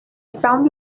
found